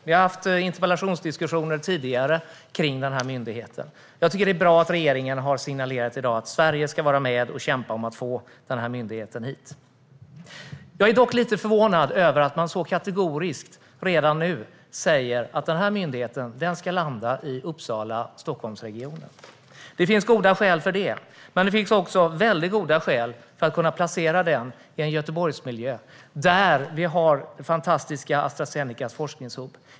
Vi har fört interpellationsdebatter tidigare om den, och jag tycker att det är bra att regeringen i dag har signalerat att Sverige ska vara med och kämpa om att få myndigheten hit. Jag är dock lite förvånad över att man kategoriskt redan nu säger att denna myndighet ska landa i Uppsala-Stockholmsregionen. Det finns goda skäl för det, men det finns också väldigt goda skäl att placera den i en Göteborgsmiljö, där vi har Astra Zenecas fantastiska forskningshubb.